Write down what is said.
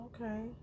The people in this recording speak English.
okay